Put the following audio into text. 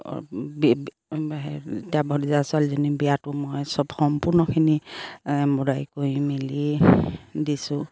হেৰি ভতিজা ছোৱালীজনী বিয়াটো মই চব সম্পূৰ্ণখিনি এম্ব্ৰইডাৰী কৰি মেলি দিছোঁ